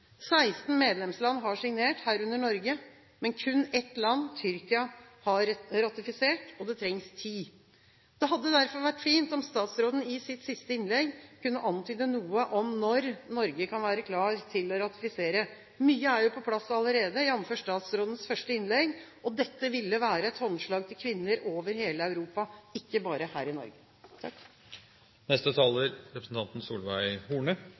16 medlemsland har signert, herunder Norge, men kun ett land, Tyrkia, har ratifisert. Det trengs ti. Det hadde derfor vært fint om statsråden i sitt siste innlegg kunne antyde noe om når Norge kan være klar til å ratifisere. Mye er jo på plass allerede – jamfør statsrådens første innlegg – og dette ville være et håndslag til kvinner over hele Europa, ikke bare her i Norge.